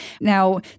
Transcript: Now